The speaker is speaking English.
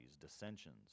dissensions